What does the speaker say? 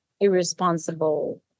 irresponsible